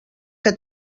que